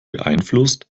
beeinflusst